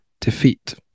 defeat